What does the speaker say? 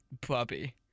puppy